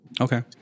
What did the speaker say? Okay